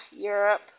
Europe